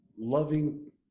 loving